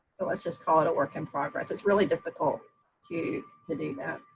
let's just call it a work in progress. it's really difficult to to do that